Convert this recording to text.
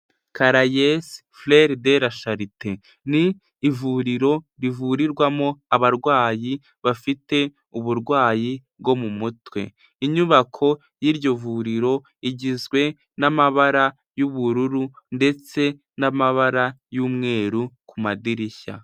Caraes Freres de La Charite, ni ivuriro rivurirwamo abarwayi bafite uburwayi bwo mu mutwe, inyubako y'iryo vuriro igizwe n'amabara y'ubururu ndetse n'amabara y'umweru ku madirishya.